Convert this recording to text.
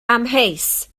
amheus